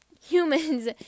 humans